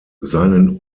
seinen